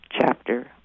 chapter